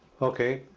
okay.